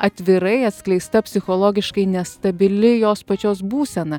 atvirai atskleista psichologiškai nestabili jos pačios būsena